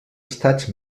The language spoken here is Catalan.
estats